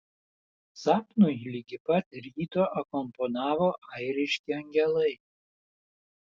sapnui ligi pat ryto akompanavo airiški angelai